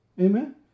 amen